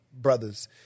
brothers